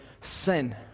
sin